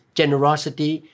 generosity